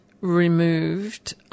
removed